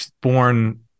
born